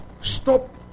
stop